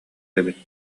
эбит